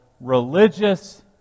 religious